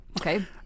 Okay